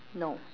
no